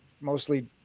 mostly